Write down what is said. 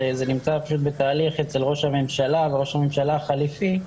זה נמצא פשוט בתהליך אצל ראש הממשלה וראש הממשלה החליפי,